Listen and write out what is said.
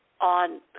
on